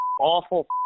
awful